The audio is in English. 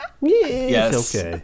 Yes